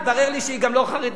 והתברר לי גם שהיא לא חרדית,